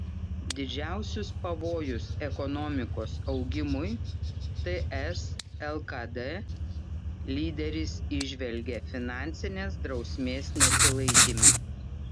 didžiausius pavojus ekonomikos augimui ts lkd lyderis įžvelgia finansinės drausmės nesilaikyme